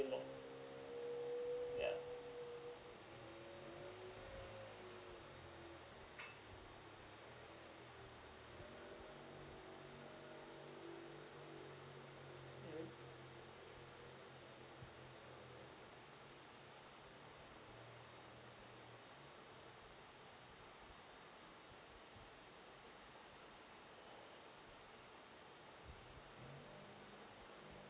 yeah